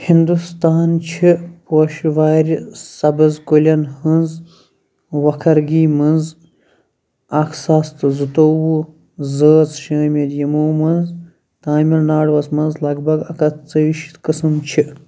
ہندوستان چھِ پوشہِ واریہِ سبٕز كُلٮ۪ن ہٕنٛزِ وكھرٕگی منٛز اَکھ ساس تہٕ زٕتوٚوُہ زٲژ شٲمِل یِمَو منٛز تامِل ناڈوَس منٛز لَگ بَگ اَکھٕ ہَتھ ژۅیہِ شیٖتھ قٕسٕم چھِ